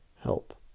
help